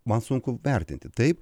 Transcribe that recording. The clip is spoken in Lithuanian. man sunku vertinti taip